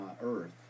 earth